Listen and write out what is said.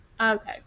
Okay